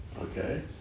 Okay